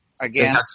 Again